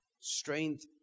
Strength